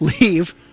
leave